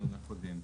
בדיון הקודם.